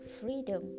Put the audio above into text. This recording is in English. freedom